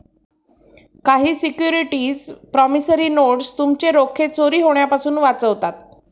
काही securities promissory notes तुमचे रोखे चोरी होण्यापासून वाचवतात